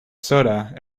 soda